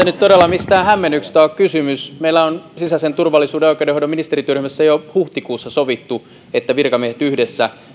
nyt todella mistään hämmennyksestä ole kysymys meillä on sisäisen turvallisuuden ja oikeudenhoidon ministerityöryhmässä jo huhtikuussa sovittu että virkamiehet yhdessä